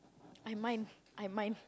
I mind I mind